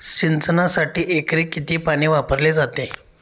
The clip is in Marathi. सिंचनासाठी एकरी किती पाणी वापरले जाते?